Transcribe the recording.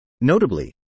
Notably